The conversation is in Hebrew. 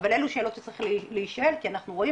אבל אלה שאלות שצריכות להישאל כי אנחנו רואים